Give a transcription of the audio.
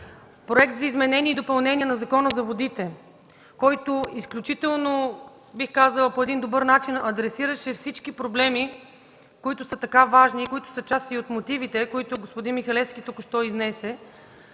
Законопроект за изменение и допълнение на Закона за водите, който изключително, бих казала, по един добър начин адресираше всички проблеми, които са така важни и са част от мотивите, които господин Михалевски току-що изнесе,